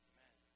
Amen